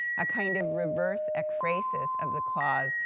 a kind of reverse ekphrasis of the clause,